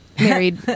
married